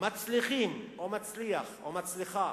מצליחים או מצליח, או מצליחה,